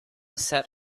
set